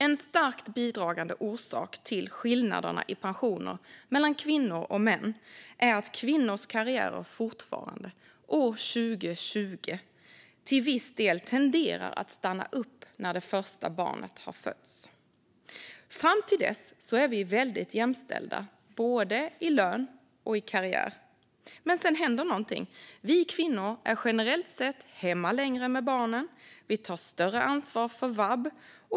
En starkt bidragande orsak till skillnaderna i pensioner mellan kvinnor och män är att kvinnors karriärer fortfarande år 2020 till viss del tenderar att stanna upp när det första barnet har fötts. Fram till dess är vi väldigt jämställda, både i lön och i karriär, men sedan händer något. Vi kvinnor är generellt sett hemma längre tid med barnen och tar större ansvar för vab.